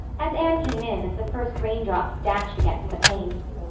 as anne came in the first raindrops dashed against the panes.